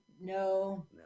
No